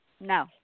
No